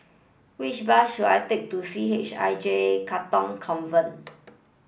which bus should I take to C H I J Katong Convent